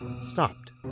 stopped